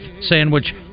sandwich